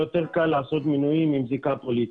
יותר קל לעשות מינויים עם זיקה פוליטית.